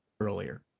earlier